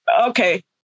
Okay